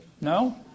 No